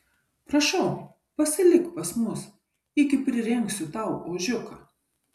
prašau pasilik pas mus iki prirengsiu tau ožiuką